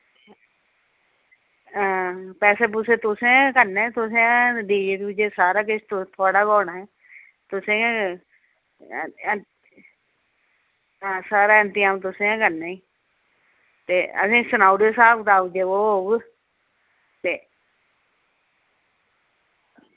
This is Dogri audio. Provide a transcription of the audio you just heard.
हां पैसे पूसे तुसें गै करने तुसें गै डी जे डूजे सारा किश थुआढ़ा गै होना ऐ तुसें गै सारा इंतजाम तुसें ई करना ई ते असेंगी सनाई ओड़ेओ स्हाब कताब जो होग ते